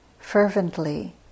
Fervently